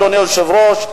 אדוני היושב-ראש,